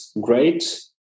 great